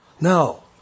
No